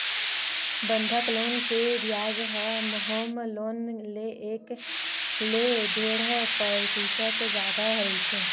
बंधक लोन के बियाज ह होम लोन ले एक ले डेढ़ परतिसत जादा रहिथे